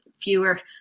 fewer